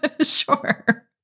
Sure